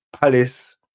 Palace